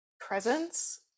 presence